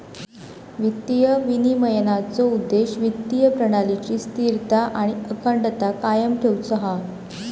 वित्तीय विनिमयनाचो उद्देश्य वित्तीय प्रणालीची स्थिरता आणि अखंडता कायम ठेउचो हा